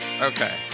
Okay